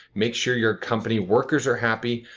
make sure your company workers are happy.